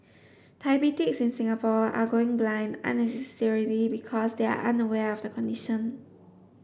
diabetics in Singapore are going blind unnecessarily because they are unaware of the condition